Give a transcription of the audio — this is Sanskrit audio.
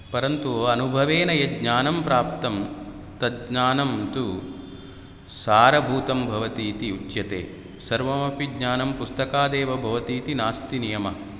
परन्तु अनुभवेन यज्ज्ञानं प्राप्तं तज्ज्ञानं तु सारभूतं भवति इति उच्यते सर्वमपि ज्ञानं पुस्तकादेव भवति इति नास्ति नियमः